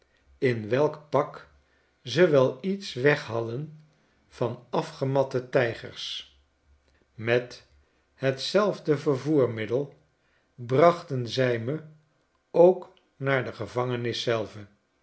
in welk pak ze wel iets weghadden van afgematte tijgers met hetzelfde vervoermiddel brachten zij me ook naar de gevangenis zelve